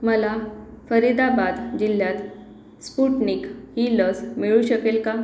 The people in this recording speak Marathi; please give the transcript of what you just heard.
मला फरीदाबाद जिल्ह्यात स्पुटनिक ही लस मिळू शकेल का